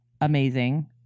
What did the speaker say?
amazing